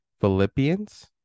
Philippians